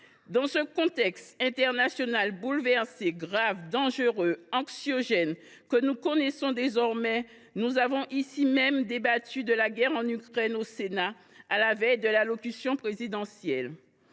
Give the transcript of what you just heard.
Dans ce contexte international bouleversé, grave, dangereux, anxiogène que nous connaissons désormais, nous avons ici même, au Sénat, débattu de la guerre en Ukraine à la veille de l’allocution présidentielle.